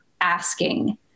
asking